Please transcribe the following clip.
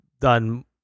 done